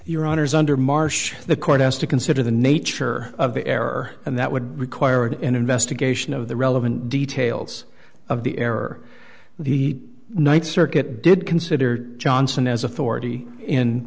your honor is under marsh the court has to consider the nature of the error and that would require an investigation of the relevant details of the error the ninth circuit did consider johnson as authority in